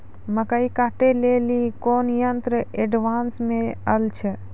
मकई कांटे ले ली कोनो यंत्र एडवांस मे अल छ?